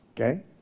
Okay